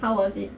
how was it